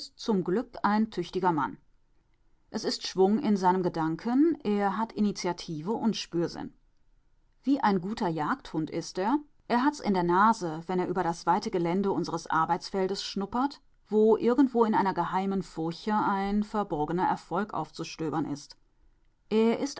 zum glück ein tüchtiger mann es ist schwung in seinen gedanken er hat initiative und spürsinn wie ein guter jagdhund ist er er hat's in der nase wenn er über das weite gelände unseres arbeitsfeldes schnuppert wo irgendwo in einer geheimen furche ein verborgener erfolg aufzustöbern ist er ist